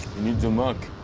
needs a mac.